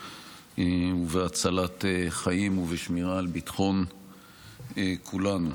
ובהצלת חיים ובשמירה על ביטחון כולנו.